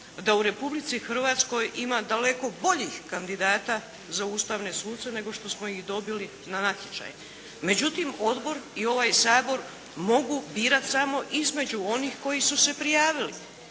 da u Republici Hrvatskoj ima daleko boljih kandidata za ustavne suce nego što smo ih dobili na natječaj. Međutim Odbor i ovaj Sabor mogu birati samo između onih koji su se prijavili.